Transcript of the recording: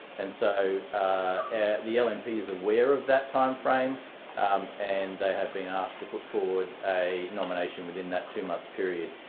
and so the lnp is aware of that time frame um and they have been asked to put forward a nomination within that two-month period.